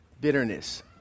bitterness